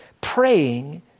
praying